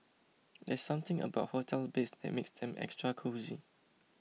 there's something about hotel beds that makes them extra cosy